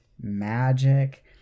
magic